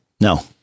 No